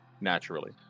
naturally